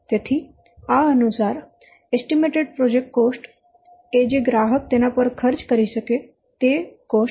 તેથી આ અનુસાર એસ્ટીમેટેડ પ્રોજેક્ટ કોસ્ટ એ જે ગ્રાહક તેના પર ખર્ચ કરી શકે તે કોસ્ટ છે